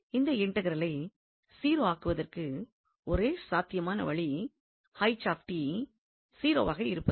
இந்த இன்டெக்ரலை 0 ஆக்குவதற்கு ஒரே சாத்தியமான வழி 0 வாக இருப்பது தான்